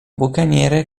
bucaniere